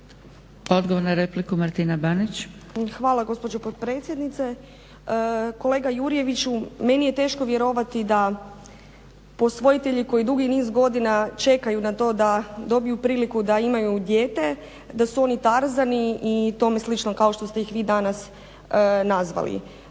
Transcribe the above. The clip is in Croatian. Banić. **Banić, Martina (HDZ)** Hvala gospođo potpredsjednice. Kolega Jurjeviću, meni je teško vjerovati da posvojitelji koji dugi niz godina čekaju na to da dobiju priliku da imaju dijete, da su oni Tarzani i tome slično kao što ste ih vi danas nazvali.